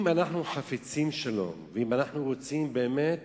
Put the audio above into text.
אם אנחנו חפצים בשלום, ואם אנחנו רוצים באמת